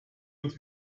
und